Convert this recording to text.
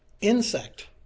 insect